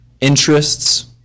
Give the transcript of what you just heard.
interests